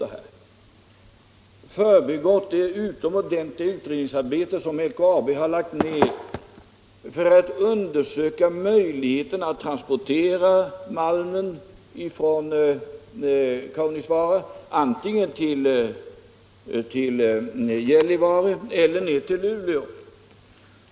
De har förbigått det utomordentliga utredningsarbete som LKAB har lagt ned för att undersöka möjligheten att transportera malmen från Kaunisvaara antingen till Gällivare eller ned till Luleå.